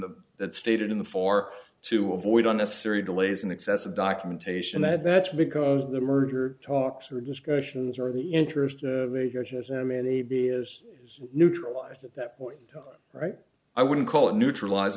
the that stated in the four to avoid unnecessary delays and excessive documentation that that's because the merger talks are discussions or the interest of the b s is neutralized at that point right i wouldn't call it neutralize